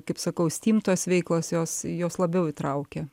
kaip sakau steam tos veiklos jos jos labiau įtraukia